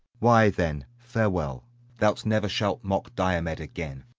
why, then farewell thou never shalt mock diomed again.